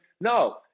No